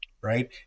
right